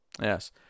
Yes